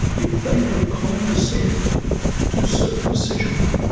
if they would condescend to circumcision.